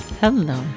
Hello